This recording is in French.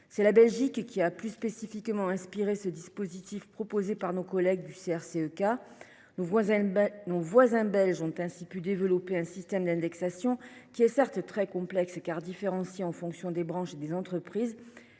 La Belgique a plus spécifiquement inspiré ce mécanisme proposé par nos collègues du CRCE K. Nos voisins ont ainsi pu développer un système d’indexation, certes, qui est très complexe, car différencié en fonction des branches et des entreprises,